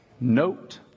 note